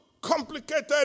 complicated